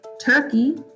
turkey